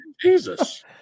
Jesus